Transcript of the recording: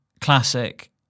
Classic